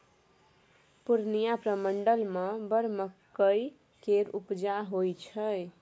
पूर्णियाँ प्रमंडल मे बड़ मकइ केर उपजा होइ छै